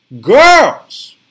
girls